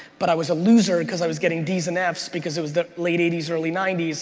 but i was a loser because i was getting ds and yeah fs because it was the late eighty s, early ninety s,